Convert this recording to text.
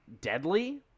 deadly